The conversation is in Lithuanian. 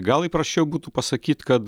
gal įprasčiau būtų pasakyt kad